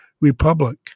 Republic